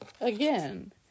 again